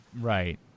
Right